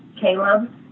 Caleb